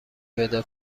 پیدا